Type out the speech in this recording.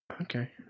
okay